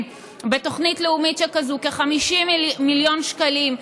תוכנית לאומית שכזו בכ-50 מיליון שקלים,